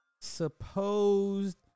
supposed